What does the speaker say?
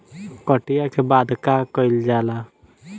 कटिया के बाद का कइल जाला?